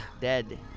dead